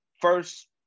First